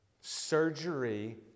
Surgery